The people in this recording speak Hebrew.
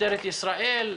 משטרת ישראל,